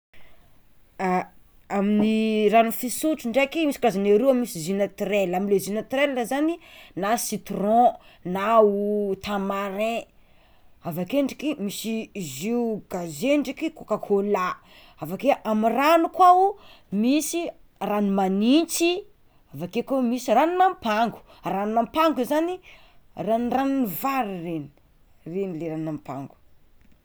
Amin'ny rano fisotro ndraiky misy karazany aroa misyy jus naturel amle jus naturel zany na citron na o tamarin, avakeo ndraiky misy jus gazeux ndraiky coca cola, amy ragno ndraiky misy ragno magnintsy, avakeo koa misy ranon'ampango ranon'ampango zany ranondranon'ny vary regny regny le ranon'ampango.